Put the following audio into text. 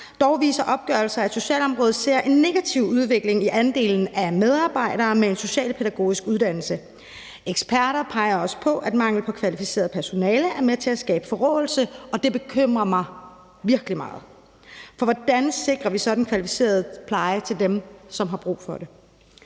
Dog viser opgørelser, at socialområdet ser en negativ udvikling i andelen af medarbejdere med en socialpædagogisk uddannelse. Eksperter peger også på, at mangel på kvalificeret personale er med til at skabe forråelse, og det bekymrer mig virkelig meget. For hvordan sikrer vi så den kvalificerede pleje til dem, som har brug for det?